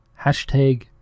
hashtag